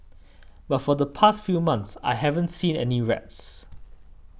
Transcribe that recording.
but for the past few months I haven't seen any rats